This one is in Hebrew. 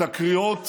את הקריאות